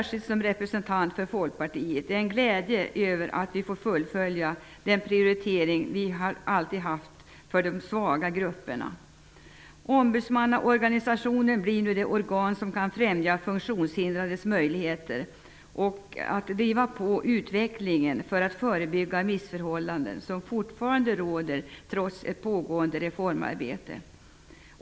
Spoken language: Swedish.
Som representant för Folkpartiet känner jag en särskild glädje över att vi får fullfölja den prioritering som vi alltid haft för de svaga grupperna. Ombudsmannaorganisationen blir då det organ som kan främja de funktionshindrades möjligheter och driva på utvecklingen för att förebygga de missförhållanden som fortfarande råder, trots ett pågående reformarbete.